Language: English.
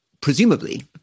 presumably